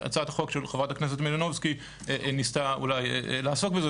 הצעת החוק של חברת הכנסת מלינובסקי ניסתה אולי לעסוק בזה,